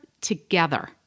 together